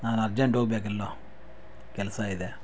ನಾನು ಅರ್ಜೆಂಟ್ ಹೋಗಬೇಕು ಎಲ್ಲೋ ಕೆಲಸ ಇದೆ